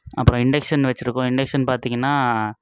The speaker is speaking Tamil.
அப்புறோம் இண்டக்ஷன் வெச்சுருக்கோம் இண்டக்ஷன் பார்த்தீங்கன்னா